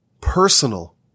personal